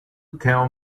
tell